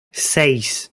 seis